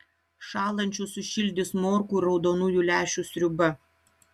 šąlančius sušildys morkų ir raudonųjų lęšių sriuba